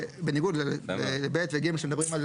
בניגוד לסעיפים קטנים (ב) ו-(ג) שמדברים על